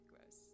gross